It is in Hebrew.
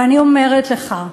ואני אומרת לך,